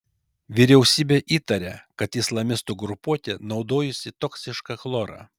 vyriausybė įtaria kad islamistų grupuotė naudojusi toksišką chlorą